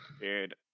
dude